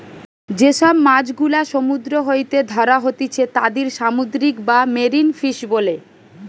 যে সব মাছ গুলা সমুদ্র হইতে ধ্যরা হতিছে তাদির সামুদ্রিক বা মেরিন ফিশ বোলে